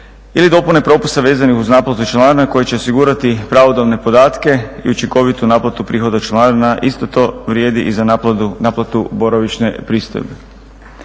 ili dopune propusta vezane uz naplatu članarina koje će osigurati pravodobne podatke i učinkovitu naplatu prihoda od članarina. Isto to vrijedi i za naplatu boravišne pristojbe.